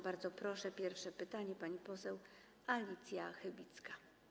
Bardzo proszę, pierwsze pytanie, pani poseł Alicja Chybicka.